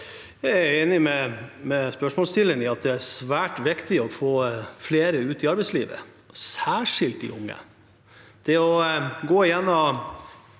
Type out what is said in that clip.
Jeg er enig med spørsmålsstilleren i at det er svært viktig å få flere ut i arbeidslivet, særskilt de unge. Det å gå gjennom